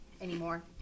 anymore